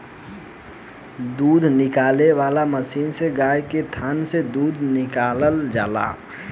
दूध निकाले वाला मशीन से गाय के थान से दूध निकालल जाला